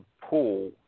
pool